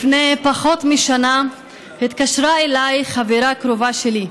לפני פחות משנה התקשרה אליי חברה קרובה שלי.